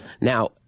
Now